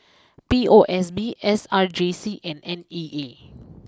P O S B S R J C and N E E